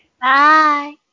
bye